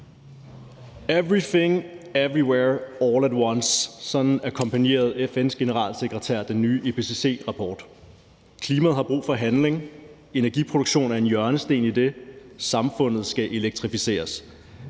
Everything, everywhere, all at once, sådan akkompagnerede FN's generalsekretær den nye IPCC-rapport. Klimaet har brug for handling. Energiproduktion er en hjørnesten i det. Samfundet skal elektrificeres.